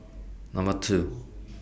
Number two